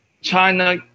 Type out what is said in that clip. China